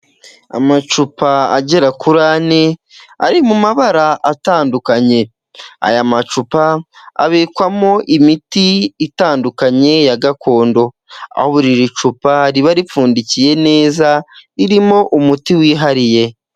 Amacupa agera kuri ane, ari mu mabara atandukanye. Aya macupa abikwamo imiti itandukanye, ya gakondo. Abu iri cupa riba ripfundikiye neza, ririmo umuti wihariye.